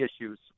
issues